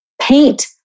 paint